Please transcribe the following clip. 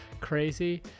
crazy